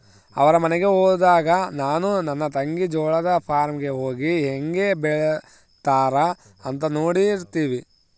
ಅವರ ಮನೆಗೆ ಹೋದಾಗ ನಾನು ನನ್ನ ತಂಗಿ ಜೋಳದ ಫಾರ್ಮ್ ಗೆ ಹೋಗಿ ಹೇಂಗೆ ಬೆಳೆತ್ತಾರ ಅಂತ ನೋಡ್ತಿರ್ತಿವಿ